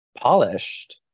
polished